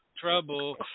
Trouble